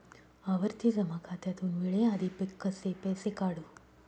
आवर्ती जमा खात्यातून वेळेआधी कसे पैसे काढू?